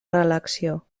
reelecció